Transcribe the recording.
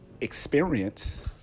experience